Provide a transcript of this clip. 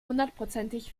hundertprozentig